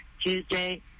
Tuesday